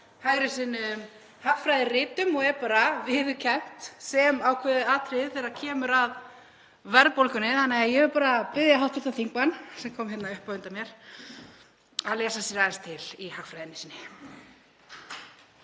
hægri sinnuðum, hagfræðiritum og er bara viðurkennt sem ákveðið atriði þegar kemur að verðbólgunni. Þannig að ég vil bara biðja hv. þingmann sem kom hingað upp á undan mér að lesa sér aðeins til í hagfræðinni sinni.